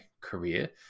career